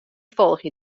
folgje